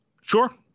Sure